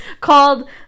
called